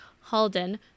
Halden